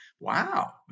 Wow